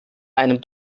einem